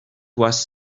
was